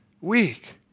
Weak